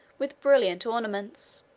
with brilliant ornaments.